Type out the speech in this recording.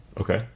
Okay